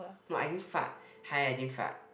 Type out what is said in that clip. no I didn't fart hi I didn't fart